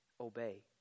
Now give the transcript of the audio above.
obey